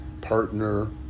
partner